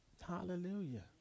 Hallelujah